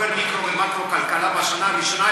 עובר מיקרו ומאקרו כלכלה בשנה הראשונה,